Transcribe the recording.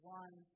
one